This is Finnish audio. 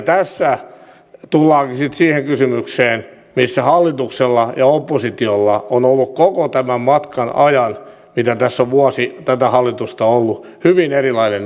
tässä tullaankin sitten siihen kysymykseen missä hallituksella ja oppositiolla on ollut koko tämän matkan ajan mitä tässä on vuosi tätä hallitusta ollut hyvin erilainen näkemys